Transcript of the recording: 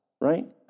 right